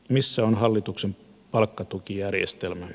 missä on hallituksen palkkatukijärjestelmä